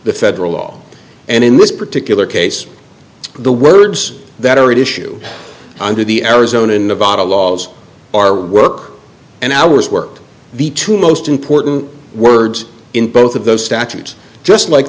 the federal law and in this particular case the words that are at issue under the arizona nevada laws are work and hours worked the two most important words in both of those statutes just like